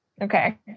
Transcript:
Okay